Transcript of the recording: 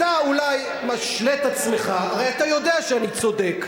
אתה אולי משלה את עצמך, הרי אתה יודע שאני צודק.